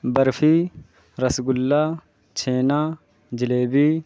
barfi rasgulla chhena jalebi